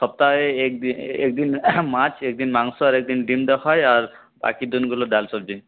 সপ্তাহে এক দি এক দিন মাছ এক দিন মাংস আর এক দিন ডিম দেওয়া হয় আর বাকি দিনগুলো ডাল সবজি